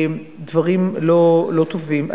דברים לא טובים.